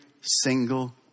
single